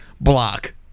block